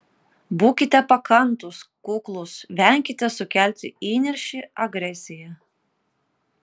būkite pakantūs kuklūs venkite sukelti įniršį agresiją